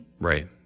right